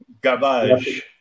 garbage